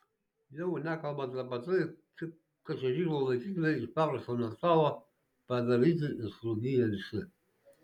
jau nekalbant apie tai kad čiuožyklų laikikliai iš paprasto metalo padaryti ir surūdiję visi